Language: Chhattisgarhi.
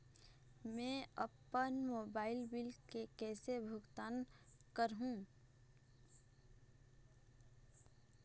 मैं अपन मोबाइल बिल के कैसे भुगतान कर हूं?